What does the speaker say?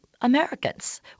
Americans